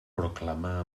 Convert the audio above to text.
proclamar